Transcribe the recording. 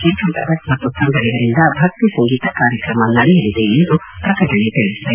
ಶ್ರೀಕಂಠಭಟ್ ಮತ್ತು ಸಂಗಡಿಗರಿಂದ ಭಕ್ತಿ ಸಂಗೀತ ಕಾರ್ಯಕ್ರಮ ನಡೆಯಲಿದೆ ಎಂದು ಪ್ರಕಟಣೆ ತಿಳಿಸಿದೆ